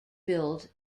build